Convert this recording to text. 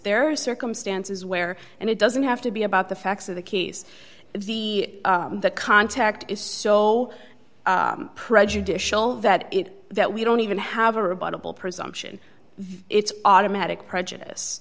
there are circumstances where and it doesn't have to be about the facts of the case the contact is so prejudicial that it that we don't even have a rebuttable presumption it's automatic prejudice